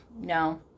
No